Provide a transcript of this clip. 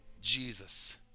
Jesus